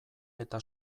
eta